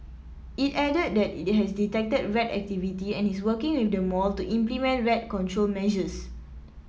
it added that it has detected rat activity and is working with the mall to implement rat control measures